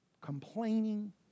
complaining